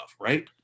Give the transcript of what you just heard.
right